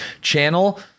channel